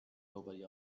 nobody